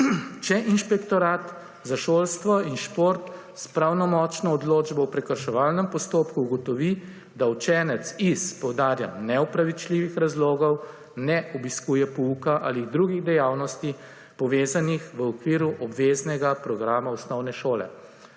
Če Inšpektorat za šolstvo in šport s pravnomočno odločbo v prekrševalnem postopku ugotovi, da učenec iz, poudarjam, neopravičljivih razlogov ne obiskuje pouka ali drugih dejavnosti, povezanih v okviru obveznega programa osnovne šole.